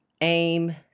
aim